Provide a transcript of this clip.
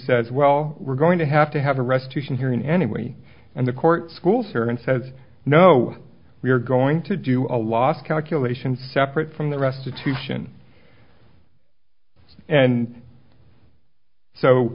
says well we're going to have to have a recitation hearing anyway and the court schools here and says no we're going to do a lot of calculation separate from the restitution and so